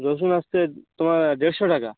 রসুন আসতে তোমার দেড়শো টাকা